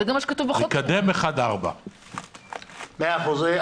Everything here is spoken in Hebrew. מקדם 1.4. מאה אחוז.